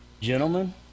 gentlemen